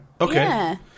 Okay